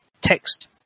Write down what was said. text